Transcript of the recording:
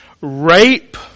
rape